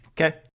Okay